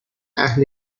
اهل